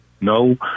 No